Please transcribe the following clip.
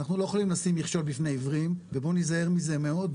אנחנו לא יכולים לשים מכשול בפני עיוורים ובוא ניזהר מזה מאוד,